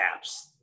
apps